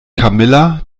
camilla